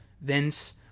Vince